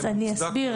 אז אני אסביר.